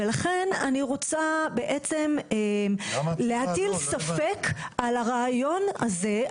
ולכן אני רוצה בעצם להטיל ספק על הרעיון הזה,